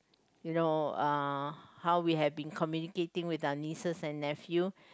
you know uh how we have been communicating with our nieces and nephew